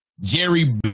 Jerry